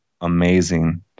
amazing